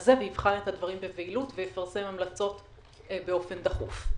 הזה ויבחן את הדברים בבהילות ויפרסם המלצות באופן דחוף.